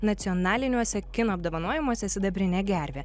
nacionaliniuose kino apdovanojimuose sidabrinė gervė